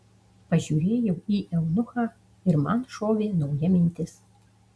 pažiūrėjau į eunuchą ir man šovė nauja mintis